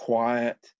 Quiet